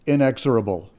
Inexorable